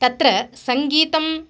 तत्र सङ्गीतं